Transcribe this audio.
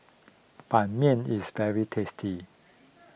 Ban Mian is very tasty